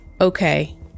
okay